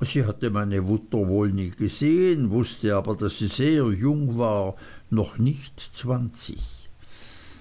sie hatte meine mutter wohl nie gesehen wußte aber daß sie sehr jung war noch nicht zwanzig